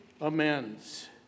amends